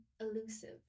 elusive